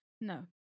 No